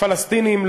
הפלסטינים,